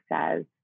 says